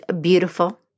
beautiful